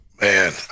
Man